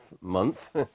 month